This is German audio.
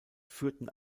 führten